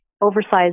oversized